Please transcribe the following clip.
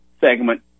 segment